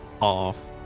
off